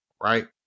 right